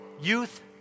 youth